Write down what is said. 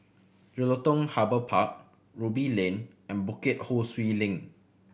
Jelutung Harbour Park Ruby Lane and Bukit Ho Swee Link